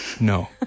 No